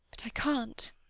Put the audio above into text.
but i can't.